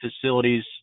facilities